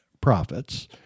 profits